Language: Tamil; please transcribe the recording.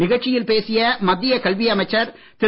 நிகழ்ச்சியில் பேசிய மத்திய கல்வி அமைச்சர் திரு